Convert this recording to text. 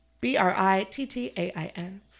B-R-I-T-T-A-I-N